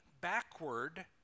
backward